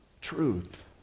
truth